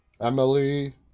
Emily